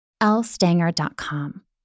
lstanger.com